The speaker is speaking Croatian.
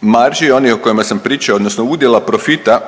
marži onih o kojima sam pričao odnosno udjela profita